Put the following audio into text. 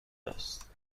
است